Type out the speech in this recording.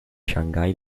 shanghai